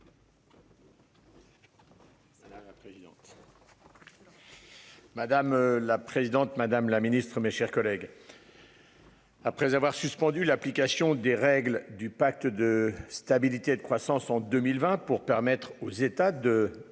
Madame la présidente Madame la Ministre, mes chers collègues. Après avoir suspendu l'application des règles du pacte de stabilité et de croissance en 2020 pour permettre aux États de mettre